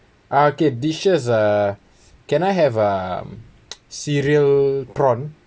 ah okay dishes uh can I have uh cereal prawn